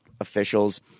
officials